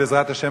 בעזרת השם,